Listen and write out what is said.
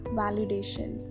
validation।